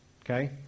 okay